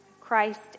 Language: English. Christ